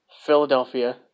Philadelphia